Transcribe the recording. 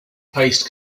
paste